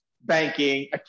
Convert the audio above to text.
banking